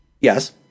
Yes